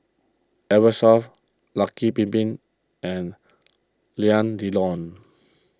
Eversoft Lucky Bin Bin and Alain Delon